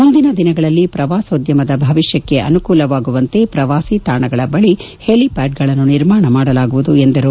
ಮುಂದಿನ ದಿನಗಳಲ್ಲಿ ಶ್ರವಾಸೋದ್ಯಮದ ಭವಿಷ್ಣಕ್ಕೆ ಅನುಕೂಲವಾಗುವಂತೆ ಶ್ರವಾಸಿ ತಾಣಗಳ ಬಳಿ ಹೆಲಿಪ್ಟಾಡ್ಗನ್ನು ನಿರ್ಮಾಣ ಮಾಡಲಾಗುವುದು ಎಂದರು